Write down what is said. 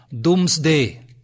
doomsday